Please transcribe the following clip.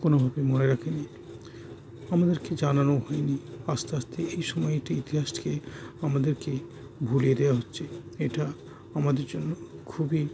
কোনোভাবে মনে রাখে নি আমাদেরকে জানানো হয় নি আস্তে আস্তে এই সময়টি ইতিহাসকে আমাদেরকে ভুলে দেওয়া হচ্ছে এটা আমাদের জন্য খুবই